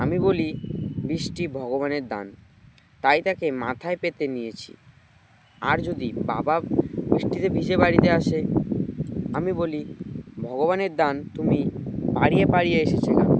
আমি বলি বৃষ্টি ভগবানের দান তাই তাকে মাথায় পেতে নিয়েছি আর যদি বাবা বৃষ্টিতে ভষে বাড়িতে আসে আমি বলি ভগবানের দান তুমি পাড়িয়ে পাড়িয়ে এসেছ কেন